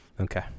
Okay